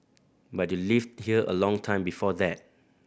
but you lived here a long time before that